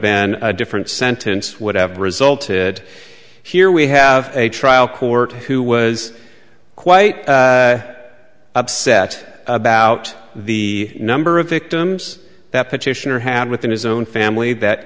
been a different sentence would have resulted here we have a trial court who was quite upset about the number of victims that petitioner had within his own family that